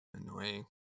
annoying